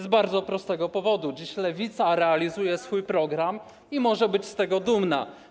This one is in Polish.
Z bardzo prostego powodu: dziś Lewica realizuje swój program i może być z tego dumna.